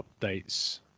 updates